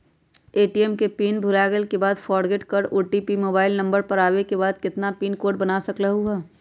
ATM के PIN भुलागेल के बाद फोरगेट कर ओ.टी.पी मोबाइल नंबर पर आवे के बाद नया पिन कोड बना सकलहु ह?